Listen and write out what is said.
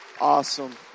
Awesome